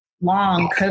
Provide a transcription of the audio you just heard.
long